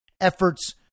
efforts